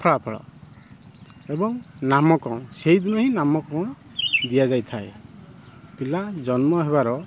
ଫଳାଫଳ ଏବଂ ନାମକରଣ ସେଇଦିନ ହିଁ ନାମକରଣ ଦିଆଯାଇଥାଏ ପିଲା ଜନ୍ମ ହେବାର